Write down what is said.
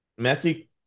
Messi